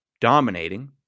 dominating